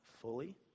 fully